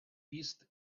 фіст